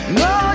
no